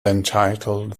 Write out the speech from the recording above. entitled